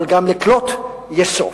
אבל גם לכלות יש סוף.